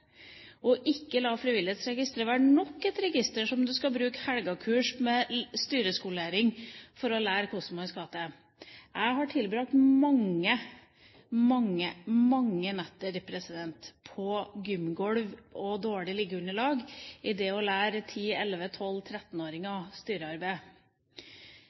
og ikke la Frivillighetsregisteret være nok et register der du skal bruke helgekurs med styreskolering for å lære hva som skal til. Jeg har tilbrakt mange, mange netter på gymgolv og dårlig liggeunderlag i forbindelse med det å lære